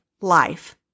life